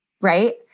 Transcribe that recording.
right